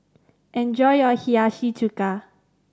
enjoy your Hiyashi Chuka